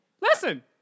listen